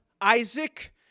Isaac